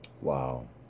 Wow